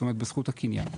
זאת אומרת בזכות הקניין.